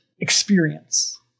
experience